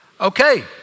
Okay